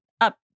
up